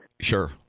Sure